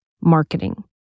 Marketing